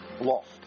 lost